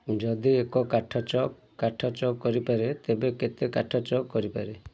ଯଦି ଏକ କାଠ ଚକ୍ କାଠ ଚକ୍ କରିପାରେ ତେବେ କେତେ କାଠ ଚକ୍ କରିପାରେ